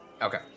Okay